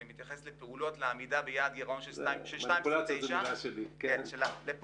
אני מתייחס לעמידה ביעד גירעון של 2.9%. "מניפולציה" היא מילה שלי.